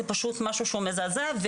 זה פשוט משהו שהוא מזעזע.